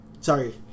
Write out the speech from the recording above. sorry